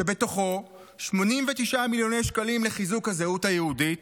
שבתוכו 89 מיליון שקלים לחיזוק הזהות היהודית,